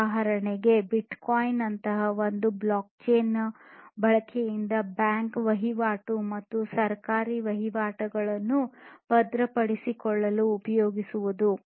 ಉದಾಹರಣೆಗೆ ಬಿಟ್ಕಾಯಿನ್ ಅಂತಹ ಒಂದು ಬ್ಲಾಕ್ ಚೈನ್ ನ ಬಳಕೆಯಿಂದ ಬ್ಯಾಂಕ್ ವಹಿವಾಟು ಮತ್ತು ಸರ್ಕಾರಿ ವಹಿವಾಟುಗಳನ್ನು ಭದ್ರಪಡಿಸಿಕೊಳ್ಳಲು ಉಪಯೋಗಿಸುವುದು